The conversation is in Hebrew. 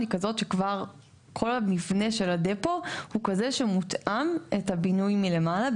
היא כזאת שכבר כל המבנה של הדפו הוא כזה שמותאם את הבינוי מלמעלה,